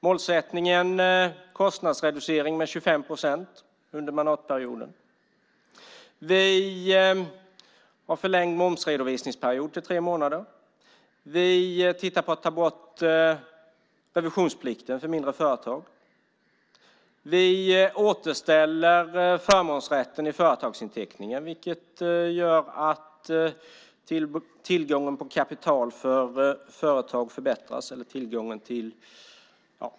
Målsättningen är en kostnadsreducering med 25 procent under mandatperioden. Vi har en förlängd momsredovisningsperiod till tre månader. Vi tittar på att ta bort revisionsplikten för mindre företag. Vi återställer förmånsrätten i företagsinteckningen, vilket gör att tillgången på kapital för företag förbättras.